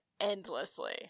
endlessly